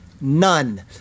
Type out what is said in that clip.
none